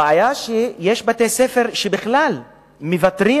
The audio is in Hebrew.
הבעיה היא שיש בתי-ספר שבכלל מוותרים